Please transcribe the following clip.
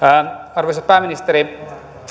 arvoisa pääministeri